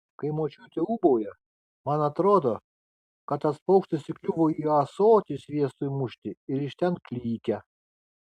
kai močiutė ūbauja man atrodo kad tas paukštis įkliuvo į ąsotį sviestui mušti ir iš ten klykia